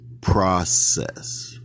process